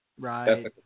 right